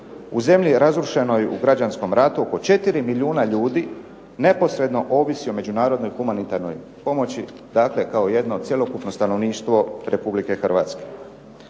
u zemlji razrušenoj u građanskom ratu oko 4 milijuna ljudi neposredno ovisi o međunarodnoj humanitarnoj pomoći, dakle kao jedno cjelokupno stanovništvo Republike Hrvatske.